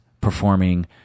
performing